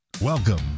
Welcome